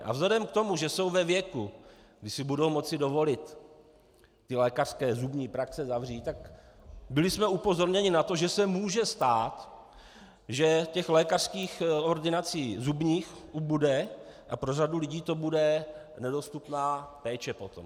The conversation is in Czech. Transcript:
A vzhledem k tomu, že jsou ve věku, kdy si budou moci dovolit ty lékařské zubní praxe zavřít, byli jsme upozorněni na to, že se může stát, že těch lékařských ordinací zubních ubude a pro řadu lidí to bude nedostupná péče potom.